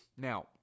Now